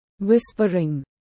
Whispering